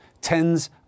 tens